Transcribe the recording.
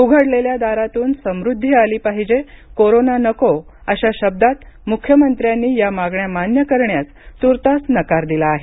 उघडलेल्या दारातून समुद्दी आली पाहिजे कोरोना नको अशा शब्दात मुख्यमंत्र्यांनी या मागण्या मान्य करण्यास तूर्तास नकार दिला आहे